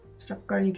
streetcar yeah